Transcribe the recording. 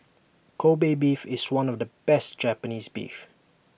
Kobe Beef is one of the best Japanese Beef